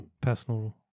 personal